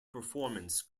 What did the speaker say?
performance